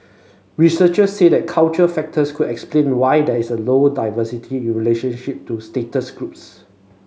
researcher said cultural factors could explain why there is low diversity in relationship to status groups